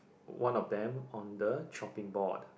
one of them on the chopping board